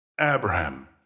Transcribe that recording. Abraham